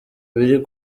biri